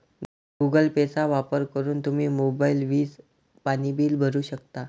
Google पेचा वापर करून तुम्ही मोबाईल, वीज, पाणी बिल भरू शकता